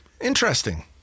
Interesting